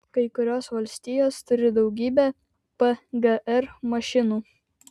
kai kurios valstijos turi daugybę pgr mašinų